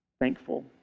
thankful